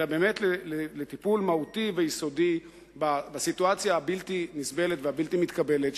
אלא לטיפול מהותי ויסודי בסיטואציה הבלתי-נסבלת והבלתי-מתקבלת,